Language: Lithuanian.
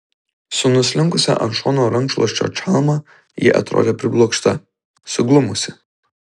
su nuslinkusia ant šono rankšluosčio čalma ji atrodė priblokšta suglumusi